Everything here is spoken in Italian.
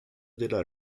della